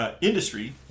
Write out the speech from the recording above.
industry